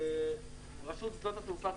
רשות שדות התעופה,